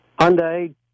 Hyundai